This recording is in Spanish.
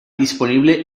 disponible